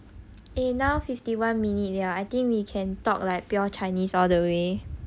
eh now fifty one minute liao I think we can talk like pure chinese all the way